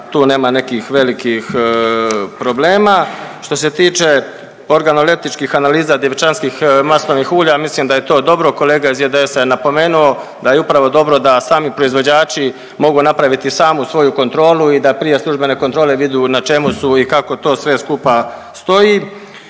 tu nema nekih velikih problema. Što se tiče organoleptičkih analiza djevičanskih maslinovih ulja, mislim da je to dobro, kolega iz IDS-a je napomenuo da je upravo dobro da sami proizvođači mogu napraviti samu svoju kontrolu i da prije službene kontrole vidu na čemu su i kako to sve skupa stoji.